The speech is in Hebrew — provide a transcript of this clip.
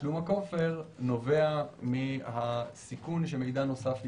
תשלום הכופר נובע מהסיכון שמידע נוסף ידלוף,